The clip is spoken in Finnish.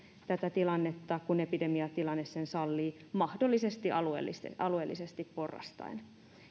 tätä tilannetta kun epidemiatilanne sen sallii mahdollisesti alueellisesti porrastaen